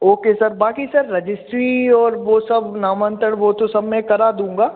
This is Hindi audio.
ओके सर बाकी सर रजिस्ट्री और वह सब नामांतरण वह तो सब मैं करा दूँगा